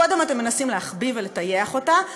גברתי, תודה רבה, תודה רבה.